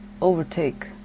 overtake